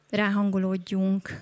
ráhangolódjunk